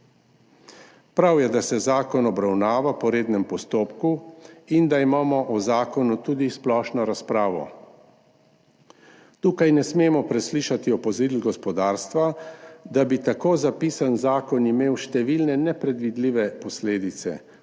Prav je, da se zakon obravnava po rednem postopku in da imamo o zakonu tudi splošno razpravo. Tukaj ne smemo preslišati opozoril gospodarstva, da bi tako zapisan zakon imel številne nepredvidljive posledice.